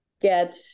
get